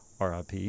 RIP